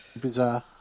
bizarre